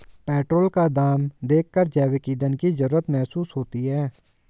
petrol का दाम देखकर जैविक ईंधन की जरूरत महसूस होती है